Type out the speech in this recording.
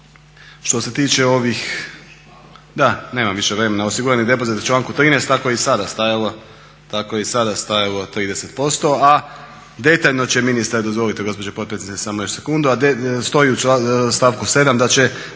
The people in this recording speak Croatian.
što se tiče ovih da nemam više vremena, osigurani depozit u članku 13.tako je i sada stajalo 30%, a detaljno će ministar dozvoliti gospođo potpredsjednice samo još sekundu, a stoji u stavku 7.da će